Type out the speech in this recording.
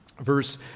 verse